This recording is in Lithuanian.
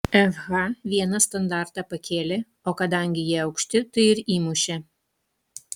fh vieną standartą pakėlė o kadangi jie aukšti tai ir įmušė